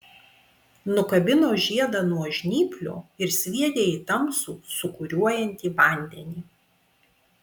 nukabino žiedą nuo žnyplių ir sviedė į tamsų sūkuriuojantį vandenį